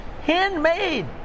Handmade